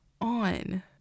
on